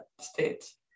states